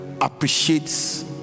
appreciates